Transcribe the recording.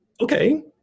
okay